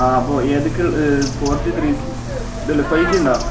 ആ അപ്പോൾ ഏതൊക്കെ ഫോർ ജി ത്രീ ജി ഇതല്ലേ ഫൈവ് ജി ഉണ്ട്